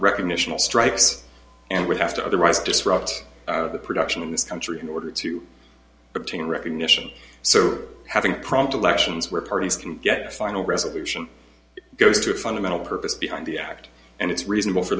recognition of strikes and would have to otherwise disrupt the production in this country in order to obtain recognition so having prompt elections where parties can get a final resolution goes to a fundamental purpose behind the act and it's reasonable for